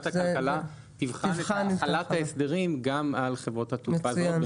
ועדת הכלכלה תבחן את החלת ההסדרים גם על חברות התעופה הזרות,